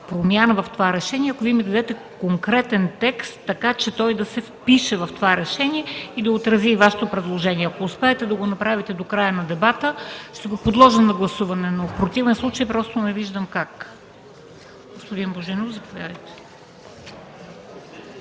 промяна в това решение, ако Вие ми дадете конкретен текст, така че той да се впише в това решение и да отрази Вашето предложение. Ако успеете да го направите до края на дебата, ще го подложа на гласуване, но в противен случай просто не виждам как. Заповядайте,